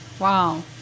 Wow